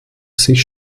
sich